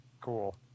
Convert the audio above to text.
cool